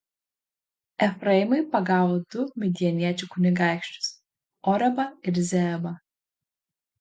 efraimai pagavo du midjaniečių kunigaikščius orebą ir zeebą